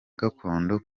gakondo